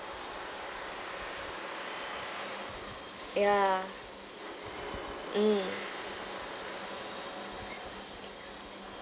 ya mm